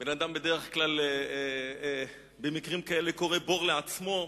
בן-אדם, במקרים כאלה, כורה בור לעצמו.